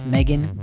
Megan